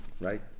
right